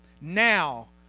Now